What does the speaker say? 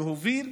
להוביל,